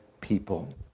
people